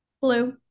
blue